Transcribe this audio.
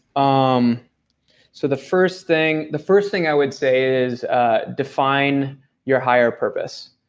um so the first thing, the first thing i would say is ah define your higher purpose.